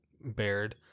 bared